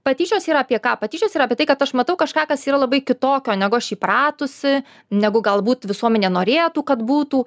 patyčios yra apie ką patyčios yra apie tai kad aš matau kažką kas yra labai kitokio negu aš įpratusi negu galbūt visuomenė norėtų kad būtų